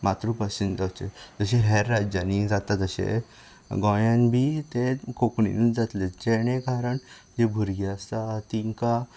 मात्र भाशेंत जावचें जशें हेर राज्यांनी जाता तशें गोंयात बीन तें कोंकणीनच जातलें जेने कारण ह्यो भुरगीं आसा तिंका